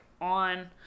on